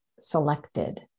selected